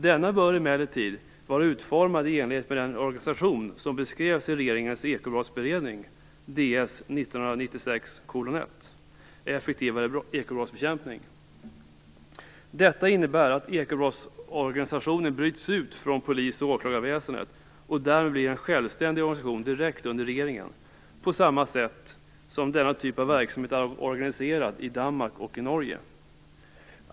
Denna bör emellertid vara utformad i enlighet med den organisation som beskrevs i regeringens ekobrottsberedning Ds 1996:1, Effektivare ekobrottsbekämpning. Detta innebär att ekobrottsorganisationen bryts ut från polis och åklagarväsendet och därmed blir en självständig organisation direkt under regeringen på samma sätt som denna typ av verksamhet är organiserad i Danmark och Norge.